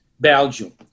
Belgium